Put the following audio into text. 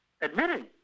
admitting